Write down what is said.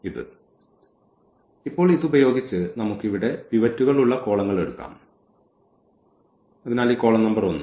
അതിനാൽ ഇപ്പോൾ ഇതുപയോഗിച്ച് നമുക്ക് ഇവിടെ പിവറ്റ്കൾ ഉള്ള കോളങ്ങൾ എടുക്കാം അതിനാൽ ഈ കോളം നമ്പർ ഒന്ന്